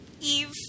Eve